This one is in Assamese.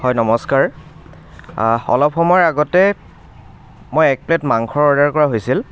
হয় নমস্কাৰ অলপ সময় আগতে মই এক প্লেট মাংস অৰ্ডাৰ কৰা হৈছিল